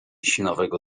sinawego